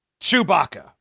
Chewbacca